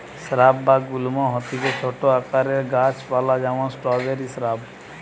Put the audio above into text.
shrub বা গুল্ম হতিছে ছোট আকারের গাছ পালা যেমন স্ট্রওবেরি শ্রাব